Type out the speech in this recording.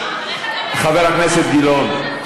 לא, אבל איך אתם מאפשרים את הסגנון הזה?